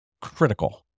critical